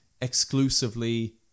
exclusively